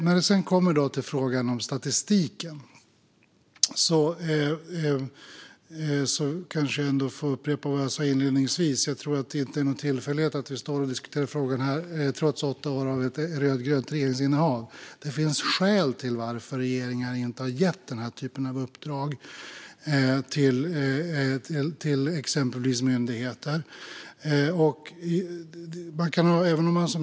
När det sedan kommer till frågan om statistiken kanske jag ändå får upprepa vad jag sa inledningsvis. Jag tror inte att det är någon tillfällighet att vi står och diskuterar frågan här trots åtta år av ett rödgrönt regeringsinnehav. Det finns skäl till att regeringar inte har gett denna typ av uppdrag till exempelvis myndigheter.